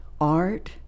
art